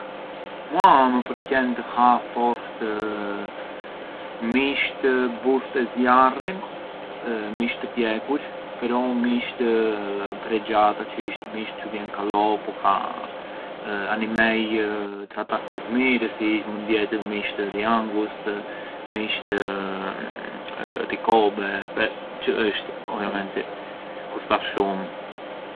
Mua më përqen të ha fort misht burë te zjarri, mishtë të pjekur, pero mishtë pregiata, çë isht mishë çë vjen ka lopa, animej tratartur mirë si mënd jetë misht di angus, di kobe, çë është, ovviamenti kustar shumë.